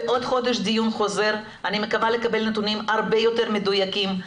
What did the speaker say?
בעוד חודש יתקיים דיון חוזר ואני מקווה לקבל נתונים הרבה יותר מדויקים,